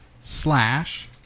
slash